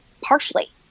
partially